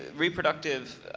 reproductive